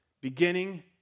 beginning